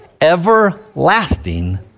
everlasting